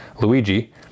Luigi